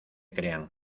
crean